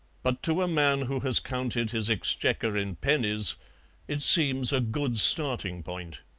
but to a man who has counted his exchequer in pennies it seems a good starting-point.